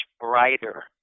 brighter